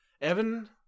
evan